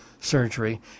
surgery